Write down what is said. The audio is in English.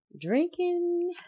Drinking